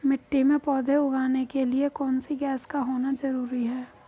मिट्टी में पौधे उगाने के लिए कौन सी गैस का होना जरूरी है?